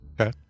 Okay